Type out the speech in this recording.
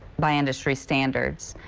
by industry standards.